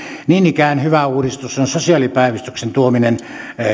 niin ikään hyvä uudistus on sosiaalipäivystyksen tuominen